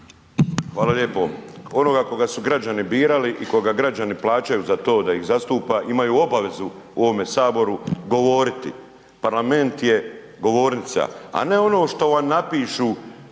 Hvala lijepo. Onoga koga su građani birali i koga građani plaćaju za to da ih zastupa imaju obavezu u ovome Saboru govoriti. Parlament je govornica, a ne ono što vam napišu